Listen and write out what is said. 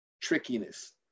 trickiness